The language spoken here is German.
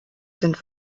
sind